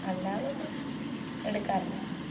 അല്ലാതെ ഒന്നും എടുക്കാറില്ല